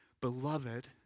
Beloved